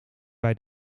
bij